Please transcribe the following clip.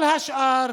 כל השאר